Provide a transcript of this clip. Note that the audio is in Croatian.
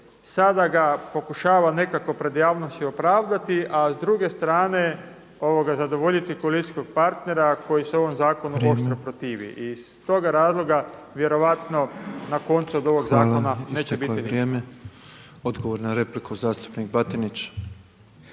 sada ga pokušava nekako pred javnošću opravdati, a s druge strane zadovoljiti koalicijskog partnera koji se ovom zakonu oštro protivi. … /Upadica Petrov: Vrijeme./ … iz toga razloga vjerojatno na koncu od ovoga zakona neće biti ništa. **Petrov, Božo (MOST)** Hvala. Isteklo je vrijeme. Odgovor na repliku zastupnik Batinić.